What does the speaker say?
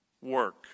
work